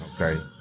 Okay